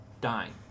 dying